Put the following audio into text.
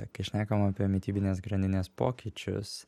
kai šnekam apie mitybinės grandinės pokyčius